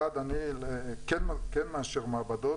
אחד אני כן מאשר מעבדות,